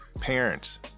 parents